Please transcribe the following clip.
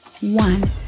one